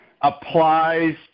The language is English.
applies